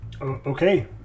okay